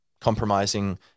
compromising